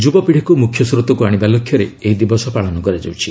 ଯୁବପିଢ଼ିକୁ ମୁଖ୍ୟ ସ୍ରୋତକୁ ଆଣିବା ଲକ୍ଷ୍ୟରେ ଏହି ଦିବସ ପାଳନ କରାଯାଉଛି